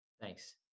Thanks